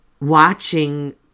watching